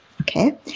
Okay